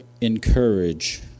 encourage